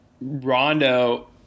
Rondo